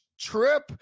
trip